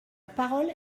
parole